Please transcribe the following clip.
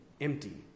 empty